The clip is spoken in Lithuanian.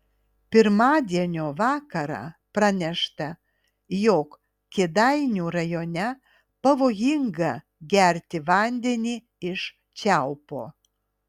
pirmadienio vakarą pranešta jog kėdainių rajone pavojinga gerti vandenį iš čiaupo